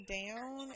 down